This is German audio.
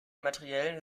materiellen